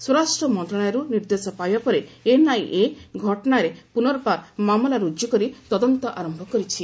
ସ୍ୱରାଷ୍ଟ୍ର ମନ୍ତ୍ରଣାଳୟରୁ ନିର୍ଦ୍ଦେଶ ପାଇବା ପରେ ଏନ୍ଆଇଏ ଘଟଣାରେ ପୁନର୍ବାର ମାମଲା ର୍ରଜ୍ତ କରି ତଦନ୍ତ ଆରମ୍ଭ କରିଛି